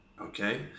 okay